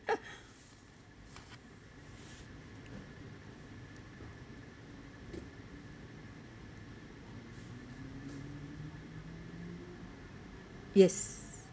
yes